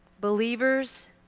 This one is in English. believers